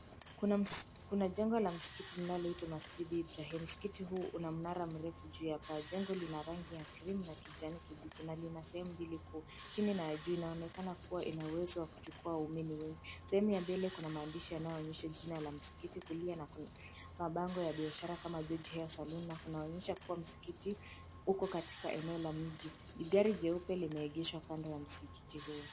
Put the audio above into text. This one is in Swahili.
Kuna jengo la msikiti unaloitwa Masjid Ibrahim. Msikiti huu una mnara mrefu juu ya paa. Jengo lina rangi ya krimu na kijani kibichi na lina sehemu mbili kuu; chini na juu. Linaonekana kuwa na uwezo kuwachukua waumini wengi. Sehemu ya mbele kuna maandishi yanayoonyesha jina la msikiti. Kulia kuna mabango ya biashara kama George Hair Salon na kunaonyesha kua msikiti upo katika eneo la mji. Gari jeupe limeegeshwa kando ya msikiti huu.